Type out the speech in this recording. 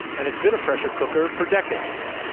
and it's been a pressure cooker for decades.